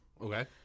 okay